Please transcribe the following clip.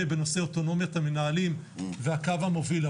בנושא אוטונומיית המנהלים והקו המוביל,